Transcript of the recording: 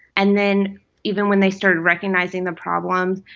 and then even when they started recognizing the problem,